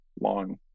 long